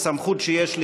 בסמכות שיש לי,